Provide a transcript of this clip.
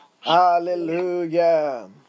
Hallelujah